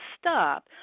stop